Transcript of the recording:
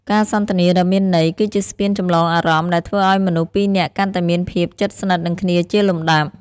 ការសន្ទនាដ៏មានន័យ គឺជាស្ពានចម្លងអារម្មណ៍ដែលធ្វើឱ្យមនុស្សពីរនាក់កាន់តែមានភាពជិតស្និទ្ធនឹងគ្នាជាលំដាប់។